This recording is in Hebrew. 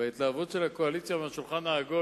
וההתלהבות של הקואליציה מהשולחן העגול,